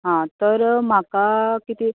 हां तर म्हाका कितें